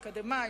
אקדמאים,